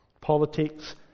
Politics